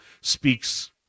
speaks